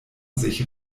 sich